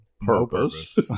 purpose